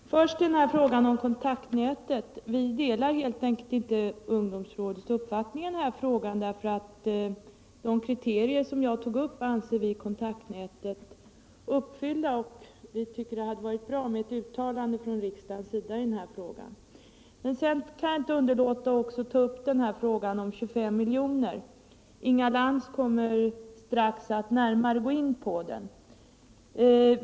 Herr talman! Jag vill först beröra frågan om Kontaktnätet. Vi delar helt enkelt inte ungdomsrådets uppfattning i denna fråga, för de kriterier jag tog upp ansåg vi att Kontaktnätet uppfyller. Vi tvcker det hade varit bra med ett uttalande från riksdagens sida i denna fråga. Sedan kan jag inte underlåta att också ta upp frågan om de 25 miljonerna. Inga Lantz kommer strax att ytterligare gå in på den.